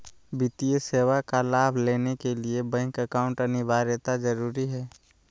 वित्तीय सेवा का लाभ लेने के लिए बैंक अकाउंट अनिवार्यता जरूरी है?